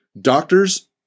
Doctors